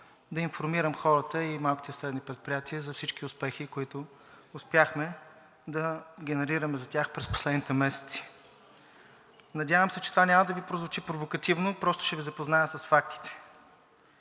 да информирам хората и малките и средните предприятия за всички успехи, които успяхме да генерираме за тях през последните месеци. Надявам се, че това няма да Ви прозвучи провокативно. Просто ще Ви запозная с фактите.